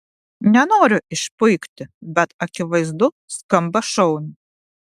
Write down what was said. nenoriu išpuikti bet akivaizdu skamba šauniai